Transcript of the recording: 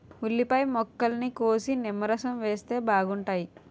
ఉల్లిపాయ ముక్కల్ని కోసి నిమ్మరసం వేస్తే బాగుంటాయి